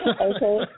Okay